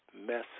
message